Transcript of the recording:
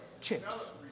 Chips